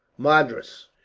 madras.